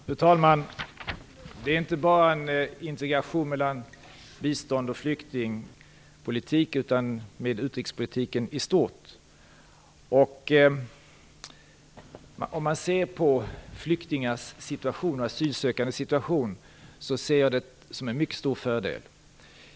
Fru talman! Det är inte bara en integration mellan bistånds och flyktingpolitik, utan en integration med utrikespolitiken i stort. Om man tittar på flyktingars och asylsökandes situation ser jag det som en mycket stor fördel.